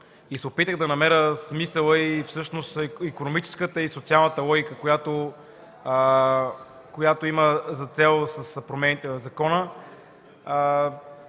и се опитах да намеря смисъл и икономическата и социална логика, която имат за цел промените в закона,